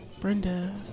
Brenda